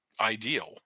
ideal